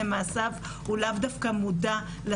הוא לאו דווקא מודע למעשיו,